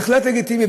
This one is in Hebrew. בהחלט לגיטימי,